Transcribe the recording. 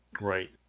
right